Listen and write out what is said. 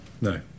No